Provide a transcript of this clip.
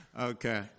Okay